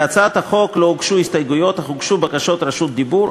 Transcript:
להצעת החוק לא הוגשו הסתייגויות אך הוגשו בקשות רשות דיבור.